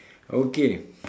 okay